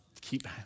keep